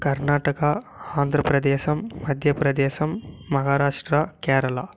Karnataka Andhra Pradesh Madhya Pradesh Maharashtra Kerala